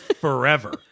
Forever